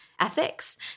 ethics